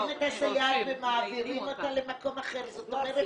הסייעת ומעבירים אותה למקום אחר, זאת אומרת